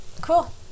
Cool